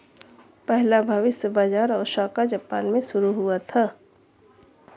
पहला भविष्य बाज़ार ओसाका जापान में शुरू हुआ था